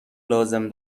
لازم